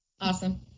Awesome